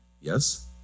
yes